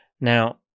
Now